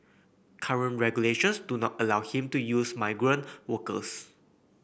current regulations do not allow him to use migrant workers